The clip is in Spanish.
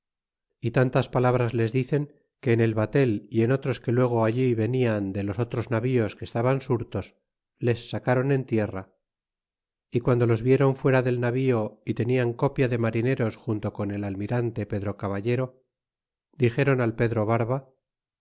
y tantas palabras les dicen que en el batel y en otros que luego alli venial de los otros navios que estaban surtos les sacron en tierra y guando los viéron fuera del navío y tenian copia de marineros junto con el almirante pedro caballero dixéron al pedro barba